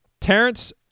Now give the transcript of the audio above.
Terrence